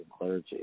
clergy